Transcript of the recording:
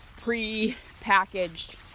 pre-packaged